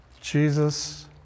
Jesus